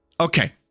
okay